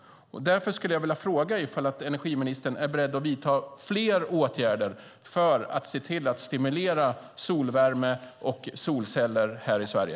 Därför skulle jag vilja fråga om energiministern är beredd att vidta fler åtgärder för att stimulera solvärme och solceller i Sverige.